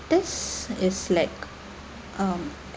this is like um